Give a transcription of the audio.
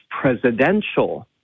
presidential